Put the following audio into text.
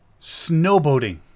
Snowboating